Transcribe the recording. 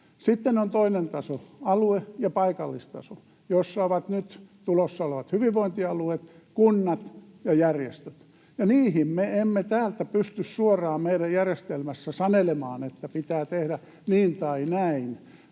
Sitten on toinen taso, alue- ja paikallistaso, jossa ovat nyt tulossa olevat hyvinvointialueet, kunnat ja järjestöt, ja niihin me emme täältä pysty suoraan meidän järjestelmässä sanelemaan, että pitää tehdä niin tai näin.